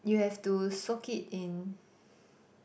you have to soak it in